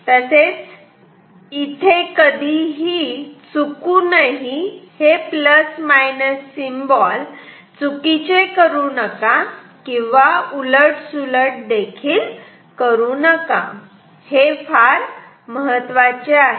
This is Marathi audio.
आणि इथे कधीही चुकूनही हे प्लस मायनस सिम्बॉल चुकीचे करू नका किंवा उलट सुलट देखील करू नका हे फार महत्वाचे आहे